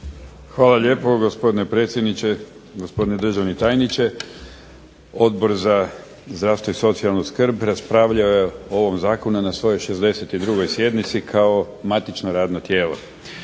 Hvala lijepo gospodine predsjedniče, gospodine državni tajniče. Odbor za zdravstvo i socijalnu skrb raspravljao je o ovom Zakonu na svojoj 62. sjednici kao matično radno tijelo.